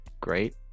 great